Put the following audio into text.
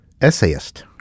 essayist